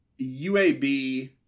uab